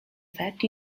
effect